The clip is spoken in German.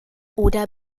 oder